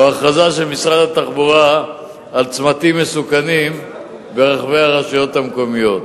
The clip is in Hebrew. או ההכרזה של משרד התחבורה על צמתים מסוכנים ברחבי הרשויות המקומיות.